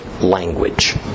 language